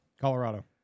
Colorado